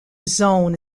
zone